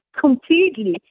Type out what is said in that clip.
completely